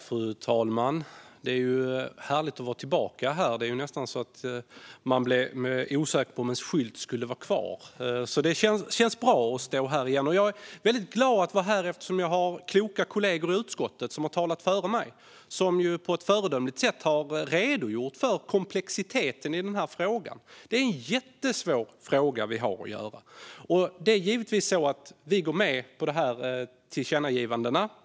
Fru talman! Det är härligt att vara tillbaka här. Det är nästan så att man blev osäker på om ens skylt skulle vara kvar. Det känns bra att stå här igen. Jag är väldigt glad att vara här, eftersom jag har kloka kollegor i utskottet som har talat före mig och på ett föredömligt sätt redogjort för komplexiteten i frågan. Det är en jättesvår fråga vi har att göra med. Givetvis går vi med på tillkännagivandena.